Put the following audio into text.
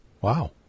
Wow